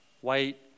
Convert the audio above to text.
White